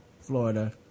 Florida